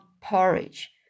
porridge